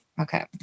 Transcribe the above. Okay